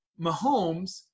Mahomes